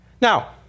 Now